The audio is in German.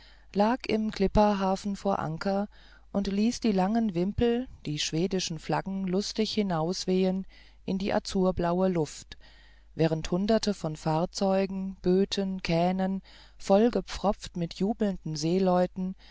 lag im klippahafen vor anker und ließ die langen wimpel die schwedischen flaggen lustig hinauswehen in die azurblaue luft während hunderte von fahrzeugen böten kähnen vollgepfropft mit jubelnden seeleuten